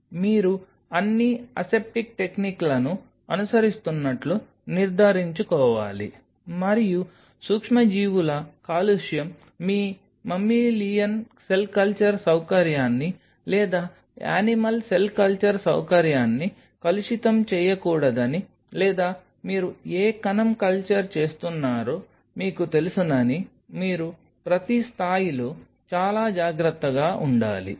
మీరు అన్ని అసెప్టిక్ టెక్నిక్లను అనుసరిస్తున్నట్లు నిర్ధారించుకోవాలి మరియు సూక్ష్మజీవుల కాలుష్యం మీ మమ్మలియాన్ సెల్ కల్చర్ సౌకర్యాన్ని లేదా యానిమల్ సెల్ కల్చర్ సౌకర్యాన్ని కలుషితం చేయకూడదని లేదా మీరు ఏ కణం కల్చర్ చేస్తున్నారో మీకు తెలుసునని మీరు ప్రతి స్థాయిలో చాలా జాగ్రత్తగా ఉండాలి